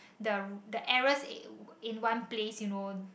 the the errors in one place you know